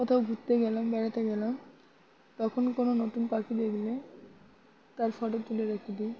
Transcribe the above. কোথাও ঘুরতে গেলাম বেড়াতে গেলাম তখন কোনো নতুন পাখি দেখলে তার ফটো তুলে রেখে দিই